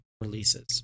releases